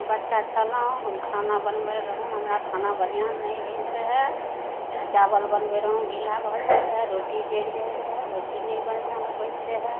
बच्चा छलहुॅं हम खाना बनबै रहौं हमरा खाना बढ़िऑं नहि होइत रहै चावल बनबै रहौं गिल्ला भऽ जाइ रहै रोटी जरि जाय रहै रोटी नहि बढ़िऑं होइत रहय